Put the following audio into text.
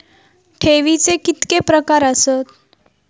ठेवीचे कितके प्रकार आसत?